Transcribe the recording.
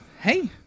hey